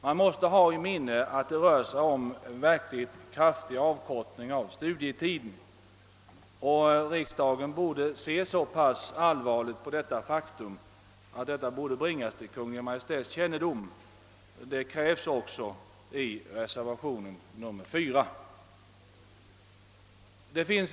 Man måste hålla i minnet, att det rör sig om en verkligt kraftig avkortning av studietiden. Riks dagen borde se så pass allvarligt på detta faktum, att det bringades till Kungl. Maj:ts kännedom. Det krävs också i reservationen 4.